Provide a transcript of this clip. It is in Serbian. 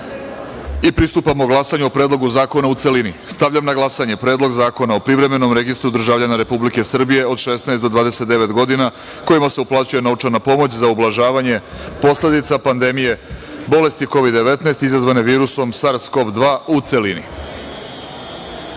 glasanju o Predlogu zakona u celini. Stavljam na glasanje Predlog zakona o Privremenom registru državljana Republike Srbije od 16 do 29 godina kojima se uplaćuje novčana pomoć za ublažavanje posledica pandemije bolesti Kovid-19 izazvane virusom SARS-KoV-2, u